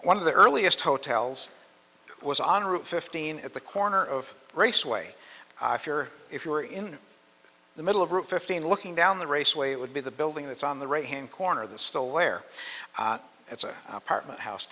one of the earliest hotels was on route fifteen at the corner of raceway if you're if you are in the middle of route fifteen looking down the raceway would be the building that's on the right hand corner of the store where it's an apartment house